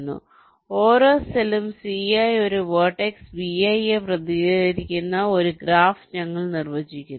അതിനാൽ ഓരോ സെല്ലും ci ഒരു വെർട്ടെക്സ് vi യെ പ്രതിനിധീകരിക്കുന്ന ഒരു ഗ്രാഫ് ഞങ്ങൾ നിർവ്വചിക്കുന്നു